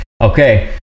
Okay